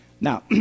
Now